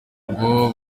ngo